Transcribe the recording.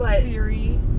theory